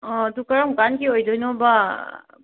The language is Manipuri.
ꯑꯣ ꯑꯗꯨ ꯀꯔꯝ ꯀꯥꯟꯒꯤ ꯑꯣꯏꯗꯣꯏꯅꯣꯕ